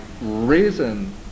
reason